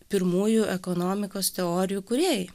pirmųjų ekonomikos teorijų kūrėjai